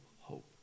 hope